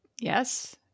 Yes